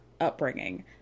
upbringing